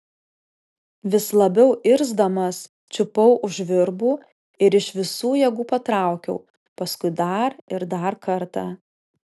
vis labiau irzdamas čiupau už virbų ir iš visų jėgų patraukiau paskui dar ir dar kartą